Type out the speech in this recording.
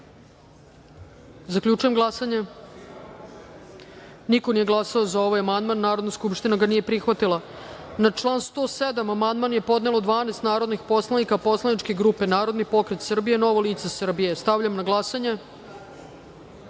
glasanje. Konstatujem da niko nije glasao za ovaj amandman i Narodna skupština ga nije prihvatila. Na član 81. amandman je podnelo 12 narodnih poslanika poslaničke grupe Narodni pokret Srbije – Novo lice Srbije. Stavljam na glasanje